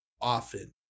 often